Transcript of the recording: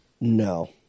No